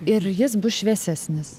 ir jis bus šviesesnis